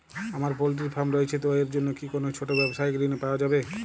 আমার poultry farm রয়েছে তো এর জন্য কি কোনো ছোটো ব্যাবসায়িক ঋণ পাওয়া যাবে?